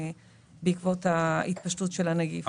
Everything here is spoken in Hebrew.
בעקבות התפשטות הנגיף.